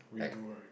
redo right